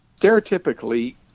Stereotypically